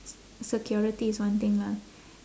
s~ security is one thing lah